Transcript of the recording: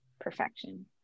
perfection